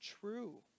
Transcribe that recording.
true